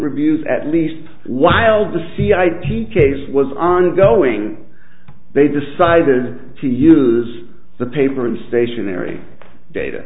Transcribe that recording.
reviews at least while the c i t case was ongoing they decided to use the paper in stationary data